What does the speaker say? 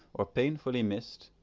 or painfully missed,